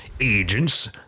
agents